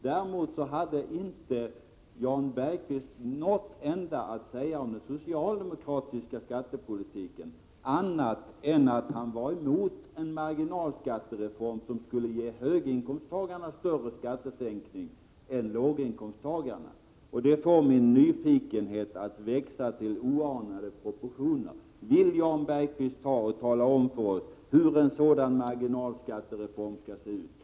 Jan Bergqvist hade å sin sida inte något att säga om den socialdemokratiska skattepolitiken annat än att han var emot en marginalskattereform som skulle ge höginkomsttagarna en större skattesänkning än låginkomsttagarna, och det får min nyfikenhet att växa till oanade proportioner. Vill Jan Bergqvist tala om för oss hur en marginalskattesänkning annars skulle se ut?